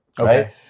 right